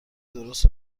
درست